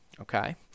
Okay